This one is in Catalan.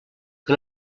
que